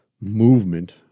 movement